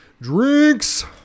Drinks